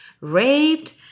raped